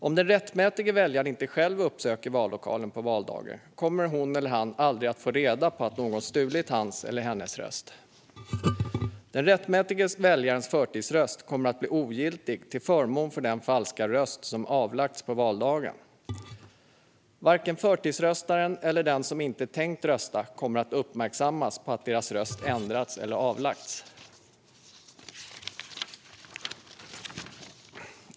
Om den rättmätige väljaren inte själv uppsöker vallokalen på valdagen kommer han eller hon aldrig att få reda på att någon stulit hans eller hennes röst. Den rättmätige väljarens förtidsröst kommer att bli ogiltig till förmån för den falska röst som avlagts på valdagen. Varken förtidsröstaren eller den som inte tänkt rösta kommer att uppmärksammas på att deras röst ändrats eller avlagts.